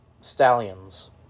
Stallions